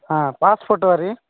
ହଁ ପାସ୍ ଫଟୋରି